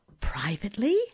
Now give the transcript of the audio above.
privately